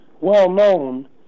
well-known